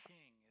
King